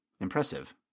impressive